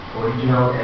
original